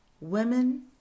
women